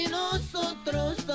nosotros